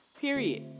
Period